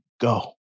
Go